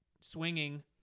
swinging